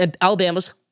Alabama's